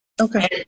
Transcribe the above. Okay